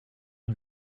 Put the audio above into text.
who